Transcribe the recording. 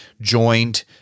joined